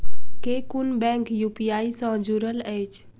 केँ कुन bank UPI सँ जुड़ल अछि?